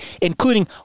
including